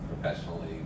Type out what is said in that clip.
professionally